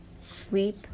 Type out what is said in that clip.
Sleep